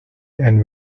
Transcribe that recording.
and